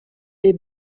est